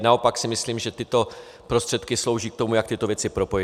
Naopak si myslím, že tyto prostředky slouží k tomu, jak tyto věci propojit.